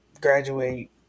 graduate